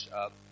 up